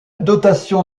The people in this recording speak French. dotation